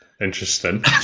Interesting